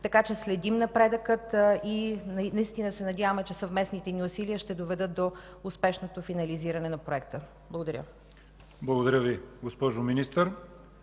така че следим напредъка и наистина се надяваме, че съвместните ни усилия ще доведат до успешното финализиране на Проекта. Благодаря. ПРЕДСЕДАТЕЛ ЯВОР ХАЙТОВ: